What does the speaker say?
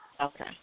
Okay